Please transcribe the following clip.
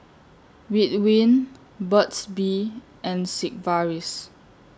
Ridwind Burt's Bee and Sigvaris